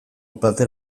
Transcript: plater